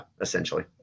essentially